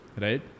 right